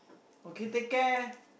okay take care